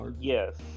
Yes